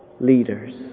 leaders